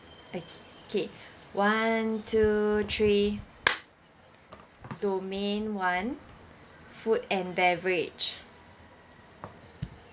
okay one two three domain one food and beverage